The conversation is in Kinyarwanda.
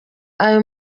ayo